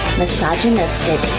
misogynistic